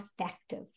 effective